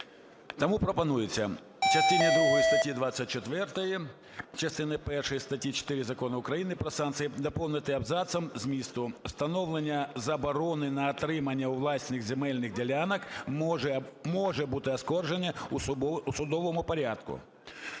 Тому пропонується: "Частину 2 статті 24-1 частини 1 статті 4 Закону України "Про санкції" доповнити абзацом наступного змісту: "Встановлення заборони на отримання у власність земельних ділянок може бути оскаржене в судовому порядку".